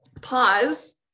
pause